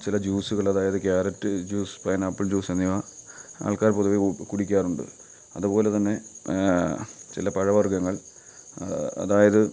ചില ജ്യൂസുകൾ അതായത് കാരറ്റ് ജ്യൂസ് പൈനാപ്പിൾ ജ്യൂസ് എന്നിവ ആൾക്കാർ പൊതുവെ കു കുടിക്കാറുണ്ട് അതുപോലെ തന്നെ ചില പഴവർഗ്ഗങ്ങൾ അതായത്